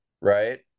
right